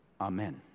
Amen